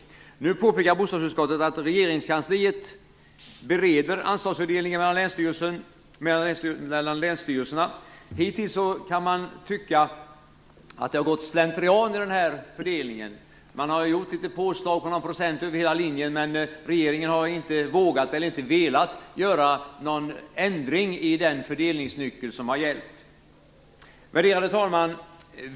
Nu påpekar bostadsutskottet att regeringskansliet bereder frågan om ansvarsfördelningen mellan länsstyrelserna. Hittills har det, kan man tycka, gått slentrian i den här fördelningen. Det har gjorts påslag på någon procent över hela linjen. Men regeringen har inte vågat, eller inte velat, göra någon ändring i fråga om den fördelningsnyckel som har gällt. Värderade talman!